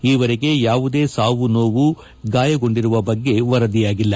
ಈವರೆಗೆ ಯಾವುದೇ ಸಾವು ನೋವು ಗಾಯಗೊಂಡಿರುವ ಬಗ್ಗೆ ವರದಿಯಾಗಿಲ್ಲ